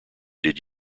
did